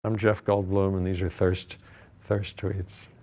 i'm jeff goldblum and these are thirst thirst tweets.